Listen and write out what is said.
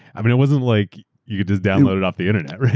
and it wasn't like you could just download it off the internet.